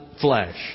flesh